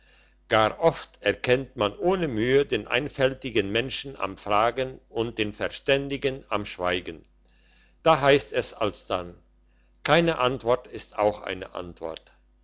gar oft erkennt man ohne mühe den einfältigen menschen am fragen und den verständigen am schweigen da heisst es alsdann keine antwort ist auch eine antwort